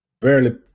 barely